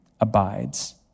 abides